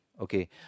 okay